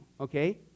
okay